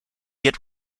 get